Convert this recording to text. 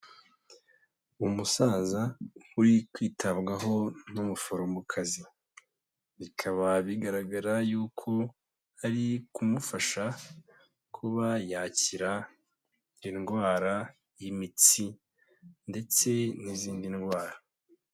Umusaza uri kwitabwaho n'umuforomokazi. Bikaba bigaragara yuko ari kumufasha kuba yakira indwara y'imitsi ndetse n'izindi ndwara.